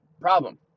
Problem